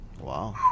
Wow